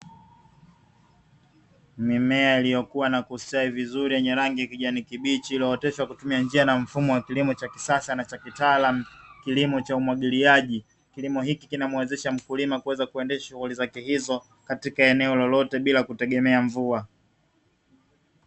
Mimea iliyokuwa na kustawi vizuri yenye rangi ya kijani kibichi iliyooteshwa kwa kutumia njia na mfumo wa kilimo cha kisasa na cha kitaalamu, kilimo cha umwagiliaji. Kilimo hiki kinamuwezesha mkulima kuweza kuendesha shughuli zake hizo katika eneo lolote bila kutegemea mvua.